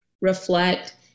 reflect